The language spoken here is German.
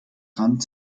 rand